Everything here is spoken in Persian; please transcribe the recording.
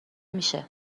میشه